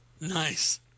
Nice